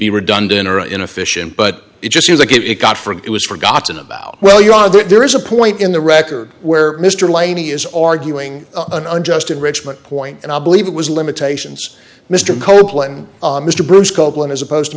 be redundant or inefficient but it just is a get it got for it was forgotten about well yeah there is a point in the record where mr lamy is arguing unjust enrichment point and i believe it was limitations mr copeland mr bruce copeland as opposed to